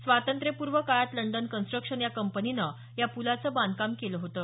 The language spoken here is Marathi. स्वातंत्र्यपूर्व काळात लंडन कंस्टक्शन कंपनीने या प्लाचं बांधकाम केलं होतं